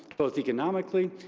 both economically,